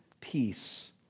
peace